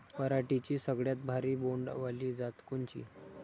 पराटीची सगळ्यात भारी बोंड वाली जात कोनची?